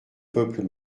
peuple